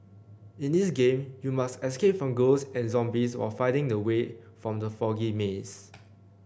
in this game you must escape from ghosts and zombies while finding the way out from the foggy maze